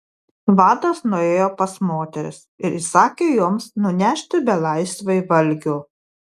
vadas nuėjo pas moteris ir įsakė joms nunešti belaisviui valgio